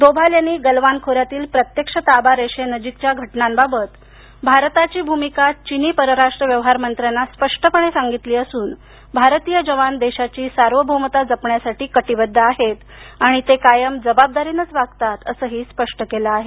दोभाल यांनी गलवान खोऱ्यातील प्रत्यक्ष ताबा रेषेनजिकच्या घटनांबाबत भारताची भुमिका चिनी परराष्ट्र व्यवहारमंत्र्यांना स्पष्टपणे सांगितली असून भारतीय जवान देशाची सार्वभौमता जपण्यास कटिबद्ध आहेत आणि ते कायम जबाबदारीनंच वागतात असंही स्पष्ट केलं आहे